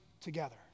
together